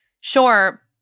sure